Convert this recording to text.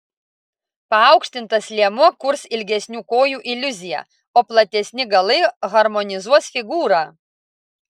paaukštintas liemuo kurs ilgesnių kojų iliuziją o platesni galai harmonizuos figūrą